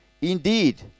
Indeed